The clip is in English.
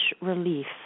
relief